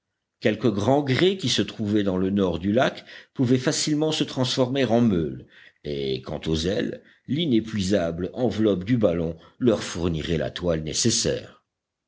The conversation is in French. quelques grands grès qui se trouvaient dans le nord du lac pouvaient facilement se transformer en meules et quant aux ailes l'inépuisable enveloppe du ballon leur fournirait la toile nécessaire